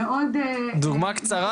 דוגמה קצרה